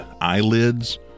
eyelids